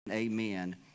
Amen